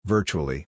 Virtually